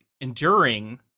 enduring